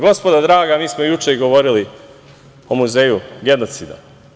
Gospodo draga, mi smo juče govorili o muzeju genocida.